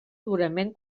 durament